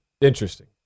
Interesting